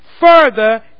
Further